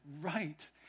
right